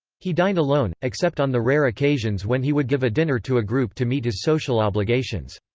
he dined alone, except on the rare occasions when he would give a dinner to a group to meet his social obligations.